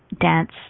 dance